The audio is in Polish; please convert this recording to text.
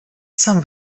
sam